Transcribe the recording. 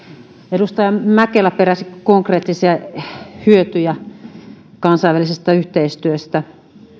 edustaja mäkelä peräsi konkreettisia hyötyjä kansainvälisestä yhteistyöstä